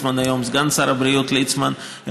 סגן שר הבריאות ליצמן היום.